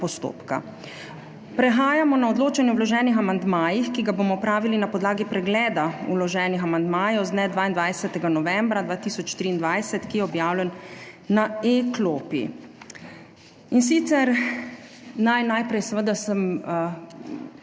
postopka. Prehajamo na odločanje o vloženih amandmajih, ki ga bomo opravili na podlagi pregleda vloženih amandmajev z dne 22. novembra 2023, ki je objavljen na e-klopi. Najprej sem vas